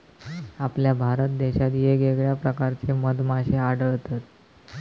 आपल्या भारत देशात येगयेगळ्या प्रकारचे मधमाश्ये आढळतत